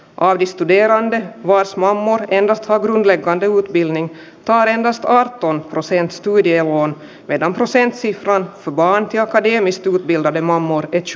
ahdisti vieraan kosma muu etelä suomi lenka vilhelm painostaa tuon asian satui dieu on veroprosentti on vaan tiakkadien istui vielä ilman muuta ex